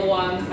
one